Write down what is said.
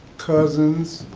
cousins.